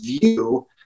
view